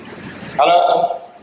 Hello